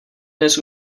dnes